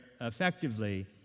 effectively